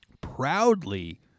proudly